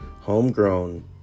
Homegrown